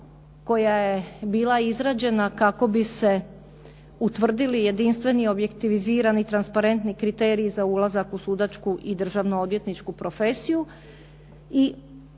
koja je bila izrađena kako bi se utvrdili jedinstveni objektivizirani kriteriji za ulazak u sudačku i državno-odvjetničku profesiju